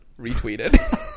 Retweeted